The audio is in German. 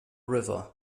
river